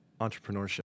entrepreneurship